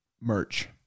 Merch